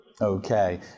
Okay